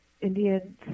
Indian